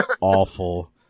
awful